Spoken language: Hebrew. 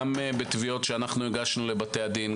גם בתביעות שאנחנו הגשנו לבתי הדין,